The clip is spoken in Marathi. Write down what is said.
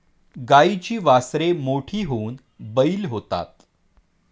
गाईची वासरे मोठी होऊन बैल होतात